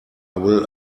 will